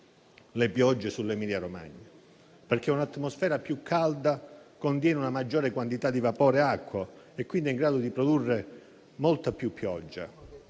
le piogge sull'Emilia-Romagna. Infatti un'atmosfera più calda contiene una maggiore quantità di vapore acqueo e quindi è in grado di produrre molta più pioggia.